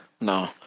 no